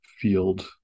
field